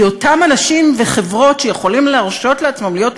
כי אותם אנשים וחברות שיכולים להרשות לעצמם להיות